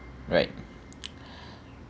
right